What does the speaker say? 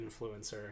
influencer